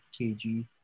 kg